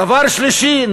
דבר שלישי,